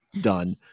done